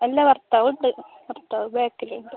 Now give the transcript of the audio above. അല്ല ഭർത്താവുണ്ട് ഭർത്താവ് ബാക്കിലുണ്ട്